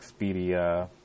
Expedia